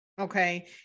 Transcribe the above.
Okay